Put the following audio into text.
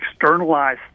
externalize